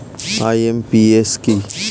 IMPS কি?